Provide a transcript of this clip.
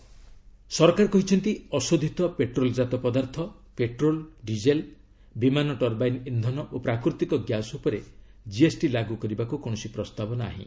FM ସରକାର କହିଛନ୍ତି ଅଶୋଧିତ ପେଟ୍ରୋଲ ଜାତ ପଦାର୍ଥ ପେଟ୍ରୋଲ ଡିଜେଲ ବିମାନ ଟର୍ବାଇନ୍ ଇନ୍ଧନ ଓ ପ୍ରାକୃତିକ ଗ୍ୟାସ ଉପରେ ଜିଏସ୍ଟି ଲାଗୁ କରିବାକୁ କୌଣସି ପ୍ରସ୍ତାବ ନାହିଁ